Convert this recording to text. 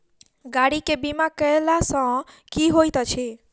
गाड़ी केँ बीमा कैला सँ की होइत अछि?